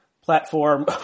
platform